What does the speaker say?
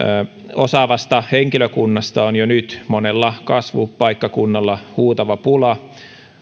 osaavasta henkilökunnasta on jo nyt monella kasvupaikkakunnalla huutava pula